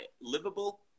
livable